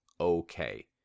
okay